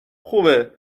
خوبه